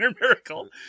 miracle